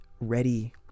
ready